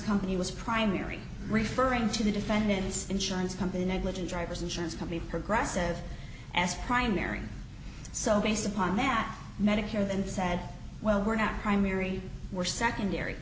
company was primary referring to the defendant's insurance company negligent drivers insurance company progressive as primary so based upon that medicare then said well we're not primary or secondary